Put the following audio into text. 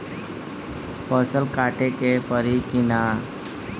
फसल काटे के परी कि न?